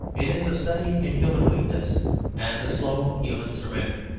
it is a study in human weakness and the slow human surrender.